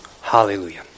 Hallelujah